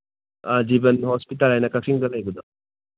ꯑ ꯖꯤꯕꯟ ꯍꯣꯁꯄꯤꯇꯥꯜ ꯍꯥꯏꯅ ꯀꯛꯆꯤꯡꯗ ꯂꯩꯕꯗꯣ